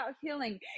healing